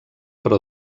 però